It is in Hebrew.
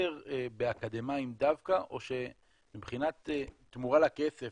חוסר באקדמאים דווקא או שמבחינת התמורה לכסף,